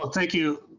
um thank you